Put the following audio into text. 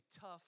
tough